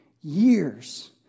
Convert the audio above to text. years